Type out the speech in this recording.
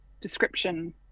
description